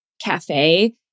cafe